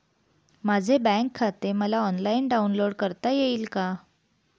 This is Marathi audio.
माझे बँक खाते मला ऑनलाईन डाउनलोड करता येईल का?